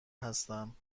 هستم